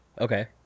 Okay